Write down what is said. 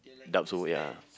doubt so ya